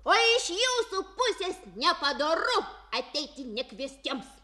o iš jūsų pusės nepadoru ateiti nekviestiems